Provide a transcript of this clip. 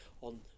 on